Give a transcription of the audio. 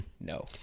No